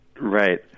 Right